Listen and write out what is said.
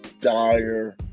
dire